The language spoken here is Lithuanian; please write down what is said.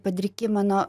padriki mano